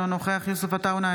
אינו נוכח יוסף עטאונה,